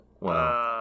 Wow